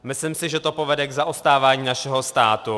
Myslím si, že to povede k zaostávání našeho státu.